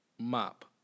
Mop